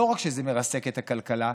לא רק שזה מרסק את הכלכלה,